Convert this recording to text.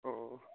অঁ